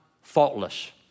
faultless